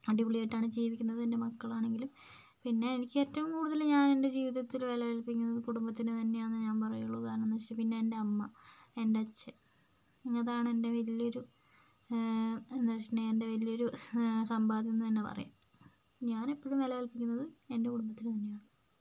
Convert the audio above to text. അടിപൊളിയായിട്ടാണ് ജീവിക്കുന്നത് എൻ്റെ മക്കളാണെങ്കിലും പിന്നെ എനിക്ക് ഏറ്റവും കൂടുതൽ ഞാൻ എൻ്റെ ജീവിതത്തിൽ വില കൽപ്പിക്കുന്നത് കുടുംബത്തിന് തന്നെയാണെന്നേ ഞാൻ പറയുകയുള്ളൂ കാരണമെന്തെന്ന് വെച്ചിട്ടുണ്ടെങ്കിൽ പിന്നെ എൻ്റെ അമ്മ പിന്നെ എൻ്റെ അച്ഛൻ ഇന്നതാണ് എൻ്റെ വലിയൊരു എന്താണെന്ന് വെച്ചിട്ടുണ്ടെങ്കിൽ വലിയൊരു സമ്പാദ്യം എന്ന് തന്നെ പറയാം ഞാൻ എപ്പോഴും വില കൽപ്പിക്കുന്നത് എൻ്റെ കുടുംബത്തിന് തന്നെയാണ്